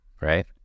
Right